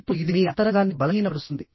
ఇప్పుడు ఇది మీ అంతరంగాన్ని బలహీనపరుస్తుంది